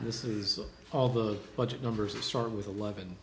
this is all the budget numbers to start with eleven